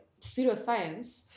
Pseudoscience